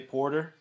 Porter